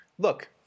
Look